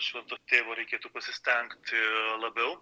švento tėvo reikėtų pasistengti labiau